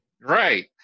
Right